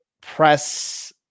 press